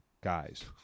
guys